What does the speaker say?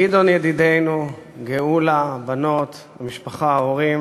גדעון ידידנו, גאולה, הבנות, המשפחה, ההורים,